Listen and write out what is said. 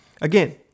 Again